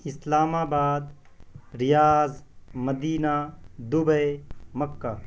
اسلام آباد Riyadh Medina Dubai مکہ